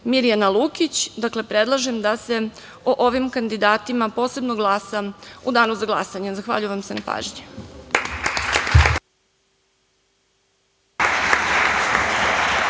Mirjana Lukić. Dakle, predlažem da se o ovim kandidatima posebno glasa u danu za glasanje. zahvaljujem vam se na pažnji.